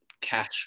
cash